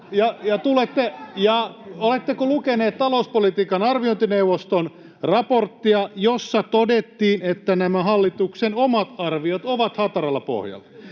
Oletteko lukeneet talouspolitiikan arviointineuvoston raporttia, jossa todettiin, että nämä hallituksen omat arviot ovat hataralla pohjalla?